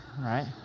right